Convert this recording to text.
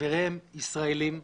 חבריהם ישראלים,